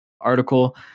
article